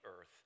earth